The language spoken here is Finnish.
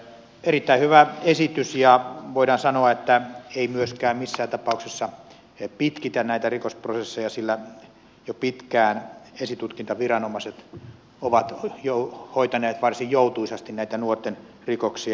erittäin hyvä esitys ja voidaan sanoa että ei myöskään missään tapauksessa pitkitä näitä rikosprosesseja sillä jo pitkään esitutkintaviranomaiset ovat jo hoitaneet varsin joutuisasti näitä nuorten rikoksia